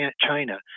China